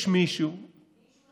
מישהו נותן להם.